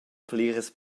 pliras